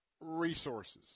resources